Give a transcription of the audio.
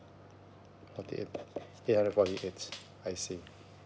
forty eight eight hundred forty eight I see